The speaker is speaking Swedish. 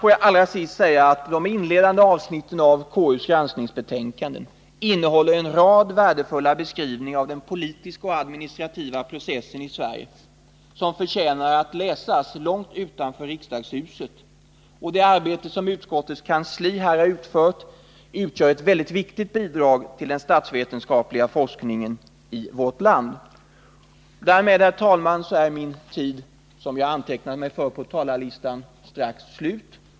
Får jag till sist säga att de inledande avsnitten av KU:s granskningsbetänkande innehåller en rad värdefulla beskrivningar av den politiska och administrativa processen i Sverige, vilka förtjänar att läsas långt utanför riksdagshuset. Det arbete som utskottets kansli här har utfört utgör ett mycket viktigt bidrag till den statsvetenskapliga forskningen i vårt land. Därmed är, herr talman, den tid som jag har antecknat mig för på talarlistan snart slut.